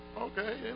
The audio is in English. Okay